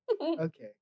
okay